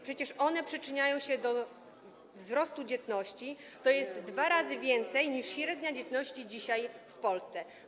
Przecież one przyczyniają się do wzrostu dzietności - to dwa razy więcej, niż wynosi średnia dzietność dzisiaj w Polsce.